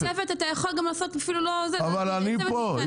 צוות אתה יכול גם לעשות אפילו --- אבל אני פה,